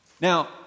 Now